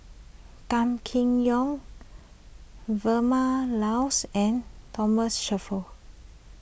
Gan Kim Yong Vilma Laus and Thomas Shelford